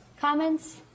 comments